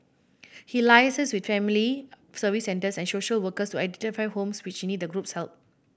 he liaises with family Service Centres and social workers to identify homes which need the group's help